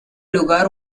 lugar